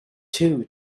two